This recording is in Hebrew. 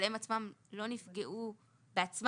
אבל הם עצמם לא נפגעו בעצמם,